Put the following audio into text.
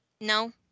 No